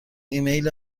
ایمیل